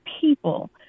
people